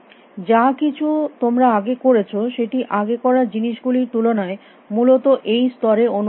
যা কিছু তোমরা আগে করেছ সেটি আগে করা জিনিস গুলির তুলনায় মূলত এই স্তরে অনুভূত হয়